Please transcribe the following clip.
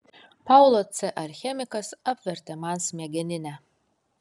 paulo c alchemikas apvertė man smegeninę